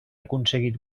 aconseguit